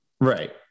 right